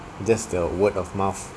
just the word of mouth